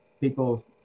people